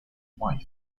wife